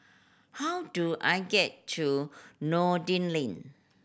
how do I get to Noordin Lane